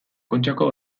kontxako